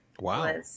Wow